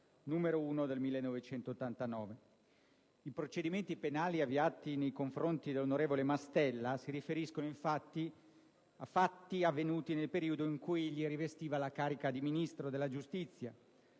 gennaio 1989, n. 1. I procedimenti penali avviati nei confronti dell'onorevole Mastella si riferiscono infatti a fatti avvenuti nel periodo in cui egli rivestiva la carica di Ministro della giustizia,